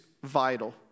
Vital